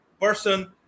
person